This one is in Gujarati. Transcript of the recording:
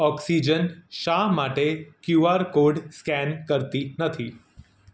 ઓક્સિજન શા માટે ક્યુઆર કોડ સ્કેન કરતી નથી